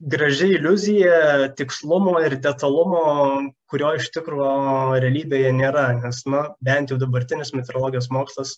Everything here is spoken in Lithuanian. graži iliuzija tikslumo ir detalumo kurio iš tikro realybėje nėra nes nu bent jau dabartinis metrologijos mokslas